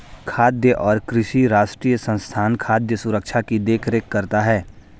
खाद्य और कृषि राष्ट्रीय संस्थान खाद्य सुरक्षा की देख रेख करता है